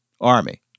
army